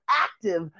active